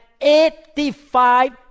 eighty-five